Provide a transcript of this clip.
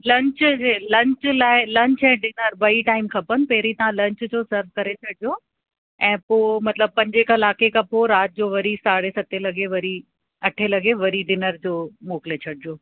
lunch जे lunch लाइ lunch ऐं डिनर ॿई टाइम खपेनि पहिरीं तव्हां लंच जो सर्व करे छॾिजो ऐं पोइ मतलबु पंजे कलाके खां पोइ राति जो वरी साढे सतें लॻे वरी अठें लॻे वरी डिनर जो मोकिले छॾिजो